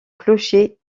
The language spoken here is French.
clocher